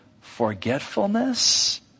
forgetfulness